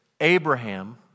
Abraham